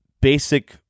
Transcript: basic